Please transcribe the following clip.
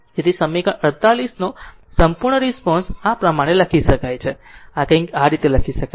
તેથી સમીકરણ 48 નો સંપૂર્ણ રિસ્પોન્સ આ પ્રમાણે લખી શકાય છે આ કંઈક આ રીતે લખી શકાય છે